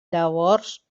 llavors